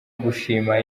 gushima